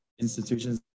institutions